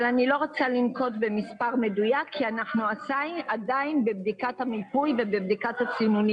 אבל אין לי מספר מדויק כי אנחנו עדיין בבדיקת המיפוי והסינונים.